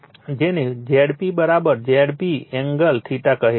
અને જેને Zp Zp angle કહે છે